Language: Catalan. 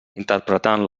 interpretant